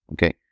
Okay